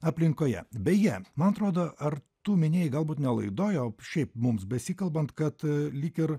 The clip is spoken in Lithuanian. aplinkoje beje man atrodo ar tu minėjai galbūt ne laidoj o šiaip mums besikalbant kad lyg ir